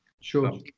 Sure